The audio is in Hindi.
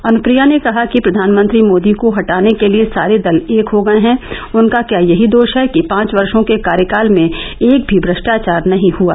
अनुप्रिया ने कहा कि प्रधानमंत्री मोदी को हटाने के लिए सारे दल एक हो गए हैउनका क्या यही दोष है कि पाँच वर्षों के कार्यकाल में एक भी भ्रष्ट्राचार नही हुआ